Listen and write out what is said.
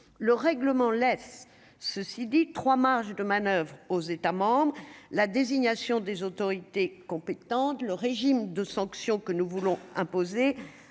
le règlement laisse ceci dit trois marge de manoeuvre aux États membres la désignation des autorités compétentes, le régime de sanctions que nous voulons imposer